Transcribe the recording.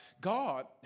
God